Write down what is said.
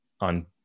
on